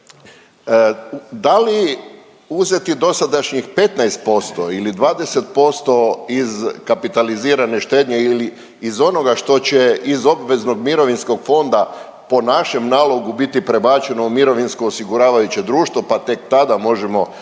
Da li uzeti dosadašnjih 15% ili 20% iz kapitalizirane štednje ili iz onoga što će iz obveznog mirovinskog fonda po našem nalogu biti prebačeno u mirovinsko osiguravajuće društvo pa tek tada možemo